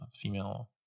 female